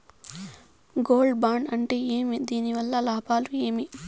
Gold bond అంటే ఏమి? దీని వల్ల లాభాలు ఏమి?